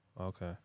okay